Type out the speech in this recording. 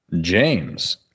James